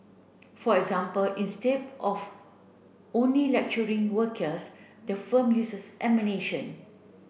for example instead of only lecturing workers the firm uses